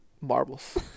marbles